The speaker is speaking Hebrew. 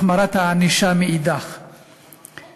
והחמרת הענישה מאידך גיסא.